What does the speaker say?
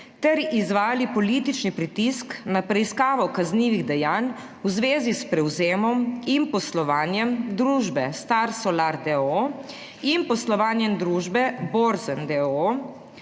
ter izvajali politični pritisk na preiskavo kaznivih dejanj v zvezi s prevzemom in poslovanjem družbe Star Solar, d. o. o., in poslovanjem družbe Borzen, d.